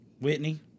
Whitney